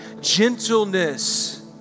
Gentleness